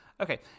Okay